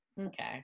okay